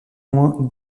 loin